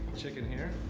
chicken here.